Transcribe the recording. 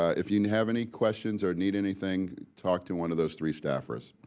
if you and have any questions or need anything talk to one of those three staffers,